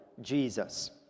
Jesus